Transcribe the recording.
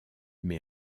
mais